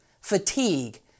fatigue